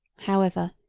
however,